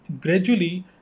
gradually